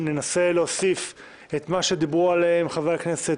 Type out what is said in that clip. ננסה להוסיף את מה שדיברו חברי הכנסת